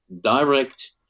direct